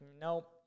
nope